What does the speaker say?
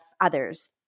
others